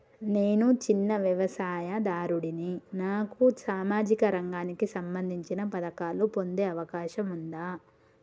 నేను చిన్న వ్యవసాయదారుడిని నాకు సామాజిక రంగానికి సంబంధించిన పథకాలు పొందే అవకాశం ఉందా?